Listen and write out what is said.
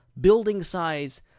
building-size